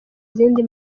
izindi